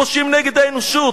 פושעים נגד האנושות,